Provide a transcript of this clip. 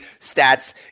stats